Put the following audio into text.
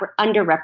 underrepresented